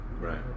Right